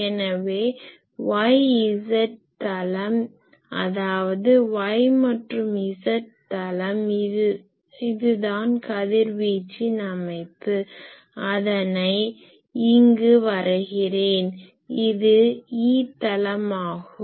எனவே y z தளம் அதாவது y மற்றும் z தளம் இதுதான் கதிர்வீச்சின் அமைப்பு அதனை இங்கு வரைகிறேன் இது E தளமாகும்